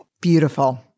beautiful